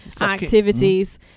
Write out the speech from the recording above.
activities